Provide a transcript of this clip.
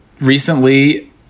recently